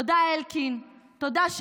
תודה, אלקין, תודה,